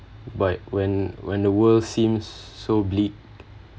but when when the world seems so bleak